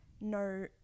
no